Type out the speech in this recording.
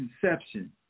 conception